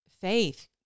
faith